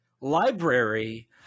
library